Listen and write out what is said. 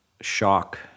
shock